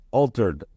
altered